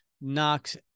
knocks